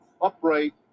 upright